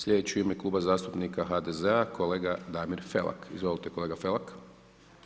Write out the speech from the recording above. Sljedeći u ime Kluba zastupnika HDZ-a kolega Damir Felak, izvolite kolega Felak.